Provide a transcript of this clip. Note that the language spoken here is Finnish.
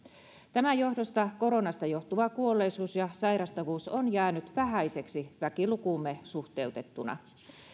tämän johdosta koronasta johtuva kuolleisuus ja sairastavuus on jäänyt vähäiseksi väkilukuumme suhteutettuna